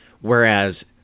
Whereas